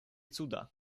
cuda